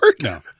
No